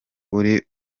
uri